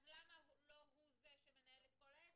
אז למה לא הוא זה שמנהל את כל העסק?